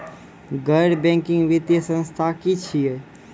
गैर बैंकिंग वित्तीय संस्था की छियै?